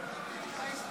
2024,